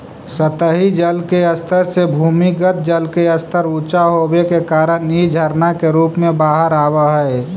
सतही जल के स्तर से भूमिगत जल के स्तर ऊँचा होवे के कारण इ झरना के रूप में बाहर आवऽ हई